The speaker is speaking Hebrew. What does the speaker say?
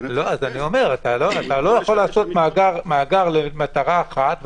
אתה לא יכול לעשות מאגר למטרה אחת,